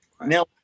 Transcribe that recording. now